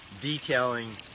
detailing